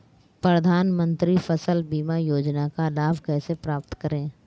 प्रधानमंत्री फसल बीमा योजना का लाभ कैसे प्राप्त करें?